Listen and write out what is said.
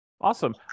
Awesome